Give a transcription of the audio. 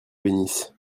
bénisse